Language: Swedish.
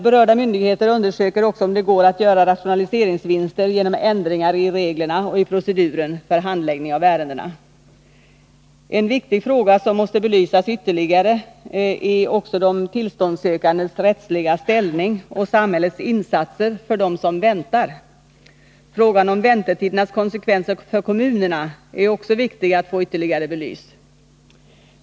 Berörda myndigheter undersöker också om det går att göra rationaliseringsvinster genom ändringar i reglerna och i proceduren för handläggningen av ärendena. En viktig fråga som måste belysas ytterligare är även de tillståndssökandes rättsliga ställning och samhällets insatser för dem som väntar. Frågan om väntetidernas konsekvenser för kommunerna är också viktig att få ytterligare belyst.